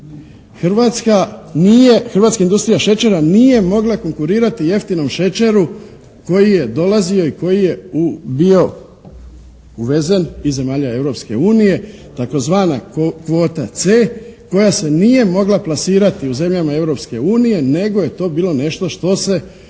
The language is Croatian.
hrvatska industrija šećera nije mogla konkurirati jeftinom šećeru koji je dolazio i koji je bio uvezen iz zemalja Europske unije, tzv. kvota “C“ koja se nije mogla plasirati u zemljama Europske unije nego je to bilo nešto što su